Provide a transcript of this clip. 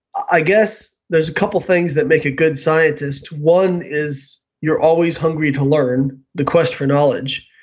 i guess there's a couple of things that make a good scientist. one is you're always hungry to learn, the quest for knowledge,